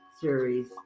series